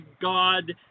God